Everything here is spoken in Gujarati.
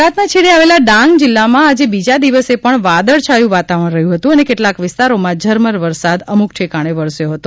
ગુજરાતના છેડે આવેલા ડાંગ જિલ્લામાં આજે બીજા દિવસે પણ વાદળછાયું વાતાવરણ રહ્યું હતું અને કેટલાંક વિસ્તારોમાં ઝરમર વરસાદ અમુક ઠેકાણે વરસ્યો હતો